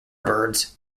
birds